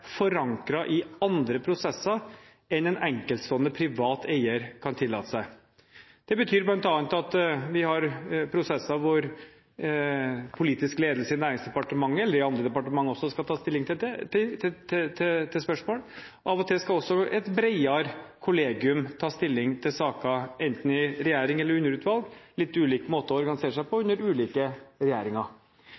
i andre prosesser enn en enkeltstående, privat eier kan tillate seg. Det betyr bl.a. at vi har prosesser hvor politisk ledelse i Næringsdepartementet eller i andre departement også skal ta stilling til spørsmål. Av og til skal også et bredere kollegium ta stilling til saker, enten regjering eller underutvalg – det er litt ulik måte å organisere seg på